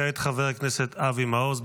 כעת, חבר הכנסת אבי מעוז.